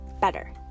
better